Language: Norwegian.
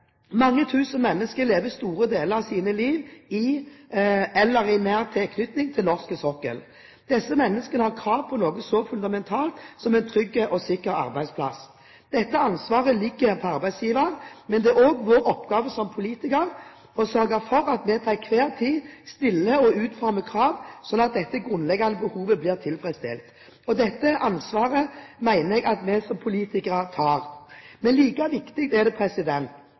Mange tusen mennesker lever store deler av sitt liv i eller i nær tilknytning til norsk sokkel. Disse menneskene har krav på noe så fundamentalt som en trygg og sikker arbeidsplass. Dette ansvaret ligger på arbeidsgiver, men det er også vår oppgave som politikere å sørge for at vi til enhver tid stiller og utformer krav, slik at dette grunnleggende behovet blir tilfredsstilt. Dette ansvaret mener jeg at vi som politikere tar. Men like viktig er det